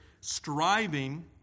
striving